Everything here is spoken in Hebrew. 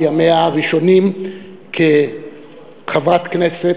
בימיה הראשונים כחברת כנסת,